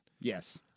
Yes